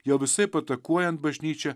jau visaip atakuojant bažnyčią